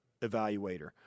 evaluator